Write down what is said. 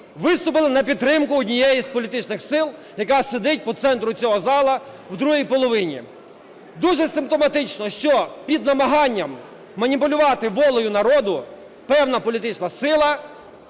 виступили на підтримку однієї з політичних сил, яка сидить по центру цього залу в другій половині. Дуже симптоматично, що під намаганням маніпулювати волею народу певна політична сила